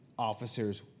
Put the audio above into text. officers